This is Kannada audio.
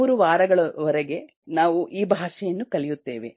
3 ವಾರಗಳವರೆಗೆ ನಾವು ಈ ಭಾಷೆಯನ್ನು ಕಲಿಯುತ್ತೇವೆ